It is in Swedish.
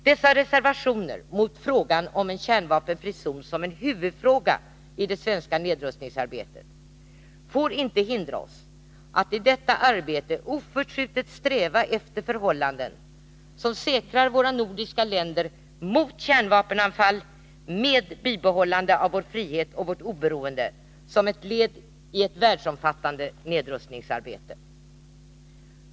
Dessa reservationer mot frågan om en kärnvapenfri zon som en huvudfråga i det svenska nedrustningsarbetet får inte hindra oss att i detta arbete oförtrutet sträva efter förhållanden som säkrar våra nordiska länder mot kärnvapenanfall med bibehållande av vår frihet och vårt oberoende, som ett led i ett världsomfattande nedrustningsarbete.